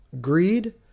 Greed